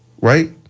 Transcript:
Right